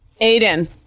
Aiden